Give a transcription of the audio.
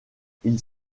ils